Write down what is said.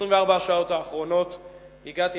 ב-24 השעות האחרונות הגעתי,